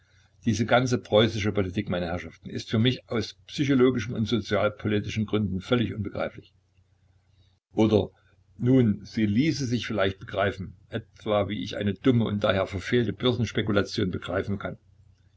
diese ganze preußische politik meine herrschaften ist für mich aus psychologischen und sozialpolitischen gründen völlig unbegreiflich oder nun sie ließe sich vielleicht begreifen etwa wie ich eine dumme und daher verfehlte börsenspekulation begreifen kann